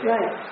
Right